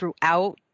throughout